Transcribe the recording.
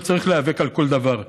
לא צריך להיאבק על כל דבר.